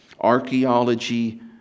archaeology